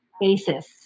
basis